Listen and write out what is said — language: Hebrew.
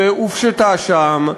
הופשטה שם,